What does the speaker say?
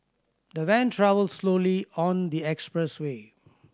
the van travelled slowly on the expressway